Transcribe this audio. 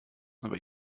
aber